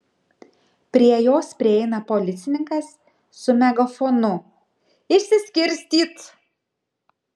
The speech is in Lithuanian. prie jos prieina policininkas su megafonu išsiskirstyt